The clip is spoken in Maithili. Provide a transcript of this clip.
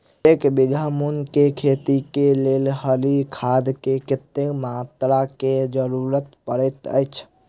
एक बीघा मूंग केँ खेती केँ लेल हरी खाद केँ कत्ते मात्रा केँ जरूरत पड़तै अछि?